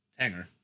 Tanger